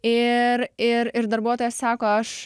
ir ir ir darbuotojas sako aš